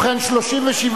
בעד,